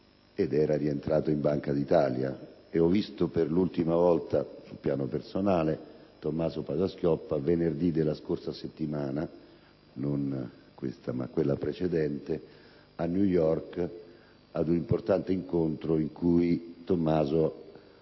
ed era rientrato in Banca d'Italia. Ho visto per l'ultima volta sul piano personale Tommaso Padoa Schioppa venerdì della scorsa settimana, non questa ma quella precedente, a New York, ad un importante incontro in cui Tommaso